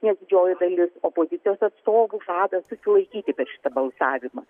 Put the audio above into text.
nes didžioji dalis opozicijos atstovų žada susilaikyti per šitą balsavimą